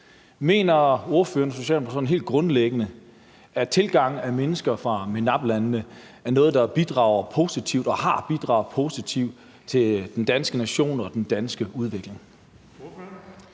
Mener ordføreren for Socialdemokratiet sådan helt grundlæggende, at tilgangen af mennesker fra MENAPT-landene er noget, der bidrager positivt og har bidraget positivt til den danske nation og den danske udvikling?